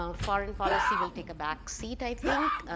um foreign policy will take a backseat i think,